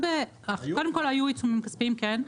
קודם כל היו עיצומים כספיים, כן.